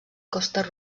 costes